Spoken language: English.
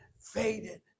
faded